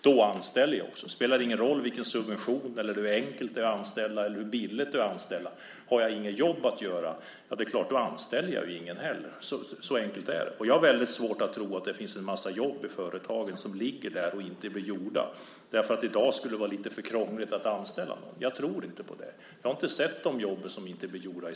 Då anställer de också. Det spelar ingen roll vilken subvention som ges, hur enkelt det är att anställa eller hur billigt det är att anställa, har jag inget jobb att göra är det klart att jag inte anställer någon heller. Så enkelt är det. Och jag har väldigt svårt att tro att det finns en massa jobb i företagen som ligger där och inte blir gjorda därför att det i dag skulle vara lite för krångligt att anställa. Jag tror inte på det. Jag har inte sett de jobb som inte blir gjorda.